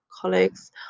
colleagues